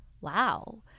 Wow